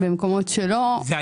אין